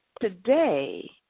Today